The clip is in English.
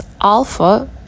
alpha